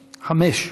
חמש.